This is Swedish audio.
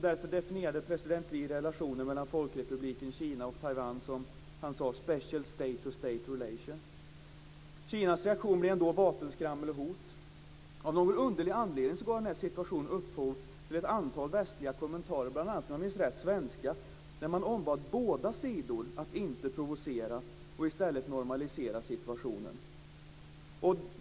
Därför definierade president Lee relationen mellan Folkrepubliken Kina och Taiwan som special state-to-staterelations. Kinas reaktion blev ändå vapenskrammel och hot. Av någon underlig anledning gav den här situationen upphov till ett antal västliga kommentarer, bl.a. svenska om jag minns rätt, där man ombad båda sidor att inte provocera utan i stället normalisera situationen.